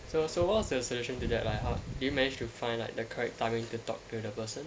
so so what's your solution to that did you manage to find the correct timing to talk to the person